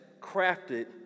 crafted